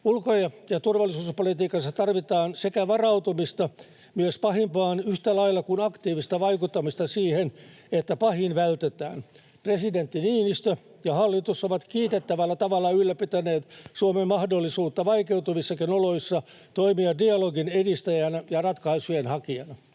Ulko- ja turvallisuuspolitiikassa tarvitaan varautumista myös pahimpaan yhtä lailla kuin aktiivista vaikuttamista siihen, että pahin vältetään. Presidentti Niinistö ja hallitus ovat kiitettävällä tavalla ylläpitäneet Suomen mahdollisuutta vaikeutuvissakin oloissa toimia dialogin edistäjänä ja ratkaisujen hakijana.